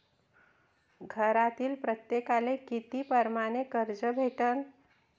घरातील प्रत्येकाले किती परमाने कर्ज भेटन?